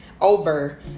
over